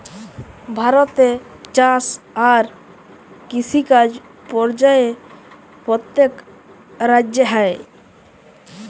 ভারতে চাষ আর কিষিকাজ পর্যায়ে প্যত্তেক রাজ্যে হ্যয়